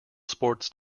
sports